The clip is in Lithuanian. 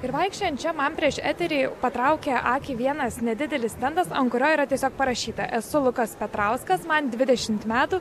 ir vaikščiojant čia man prieš eterį patraukė akį vienas nedidelis stendas ant kurio yra tiesiog parašyta esu lukas petrauskas man dvidešimt metų